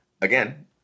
again